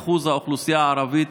אחוז האוכלוסייה הערבית,